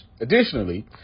Additionally